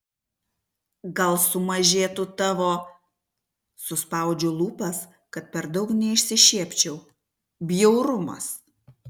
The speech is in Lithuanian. gal sumažėtų tavo suspaudžiu lūpas kad per daug neišsišiepčiau bjaurumas